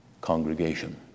congregation